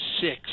six